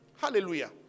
Hallelujah